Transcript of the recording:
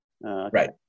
Right